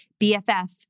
BFF